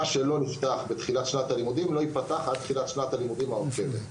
מה שלא נפתח בתחילת שנת הלימודים ייפתח רק בשנת הלימודים העוקבת.